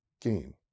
gain